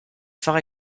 phare